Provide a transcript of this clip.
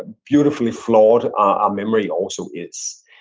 ah beautifully flawed our memory also is.